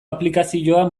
aplikazioa